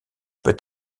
peut